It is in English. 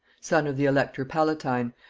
son of the elector palatine,